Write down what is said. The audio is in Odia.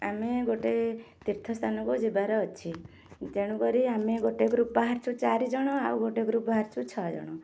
ଆମେ ଗୋଟେ ତୀର୍ଥସ୍ଥାନକୁ ଯିବାର ଅଛି ତେଣୁ କରି ଆମେ ଗୋଟେ ଗ୍ରୁପ ବାହାରିଛୁ ଚାରିଜଣ ଆଉ ଗୋଟେ ଗ୍ରୁପ ବାହାରିଛୁ ଛଅ ଜଣ